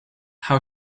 how